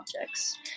objects